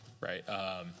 right